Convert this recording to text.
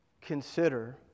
consider